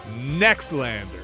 NEXTLANDER